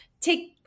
take